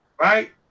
right